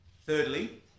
thirdly